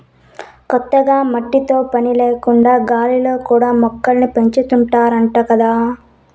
కొత్తగా మట్టితో పని లేకుండా గాలిలో కూడా మొక్కల్ని పెంచాతన్నారంట గదా